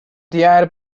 diğer